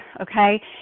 okay